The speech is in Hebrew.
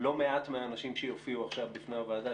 לא מעט מהאנשים שיופיעו עכשיו בפני הוועדה,